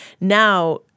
Now